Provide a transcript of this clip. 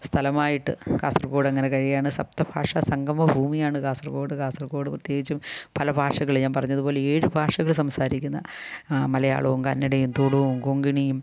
സ്ഥലമായിട്ട് കാസർഗോഡ് അങ്ങനെ കഴിയുകയാണ് സപ്ത ഭാഷാ സംഗമ ഭൂമിയാണ് കാസർഗോഡ് കാസർഗോഡ് പ്രത്യേകിച്ചും പല ഭാഷകൾ ഞാൻ പറഞ്ഞത് പോലെ ഏഴ് ഭാഷകൾ സംസാരിക്കുന്ന മലയാളവും കന്നഡയും തുളുവും കൊങ്കിണിയും